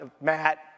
Matt